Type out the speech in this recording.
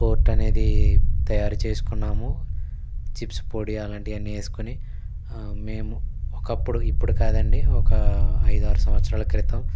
court అనేది తయారు చేసుకున్నాము చిప్స్ పొడి అలాంటివి అన్నీ వేసుకొని మేము ఒకప్పుడు ఇప్పుడు కాదండి ఒక ఐదు ఆరు సంవత్సరాల క్రితం